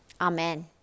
Amen